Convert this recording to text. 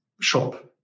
shop